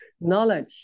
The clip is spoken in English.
knowledge